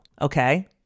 Okay